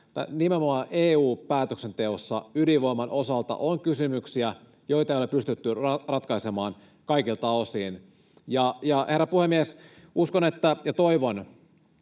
nimenomaan EU-päätöksenteossa ydinvoiman osalta on kysymyksiä, joita ei ole pystytty ratkaisemaan kaikilta osin. Herra puhemies! Uskon — ja toivon